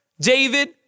David